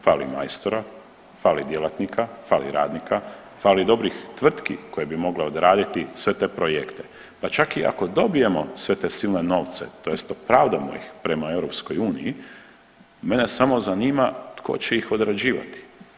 Fali majstora, fali djelatnika, fali radnika, fali dobrih tvrtki koje bi mogle odraditi sve te projekte pa čak i ako dobijemo sve te silne novce, tj. opravdamo ih prema EU, mene samo zanima tko će ih odrađivati?